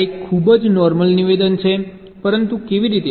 આ એક ખૂબ જ નોર્મલ નિવેદન છે પરંતુ કેવી રીતે